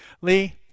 Lee